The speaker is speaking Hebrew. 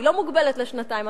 שהיא לא מוגבלת לשנתיים,